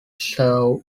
serve